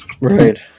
Right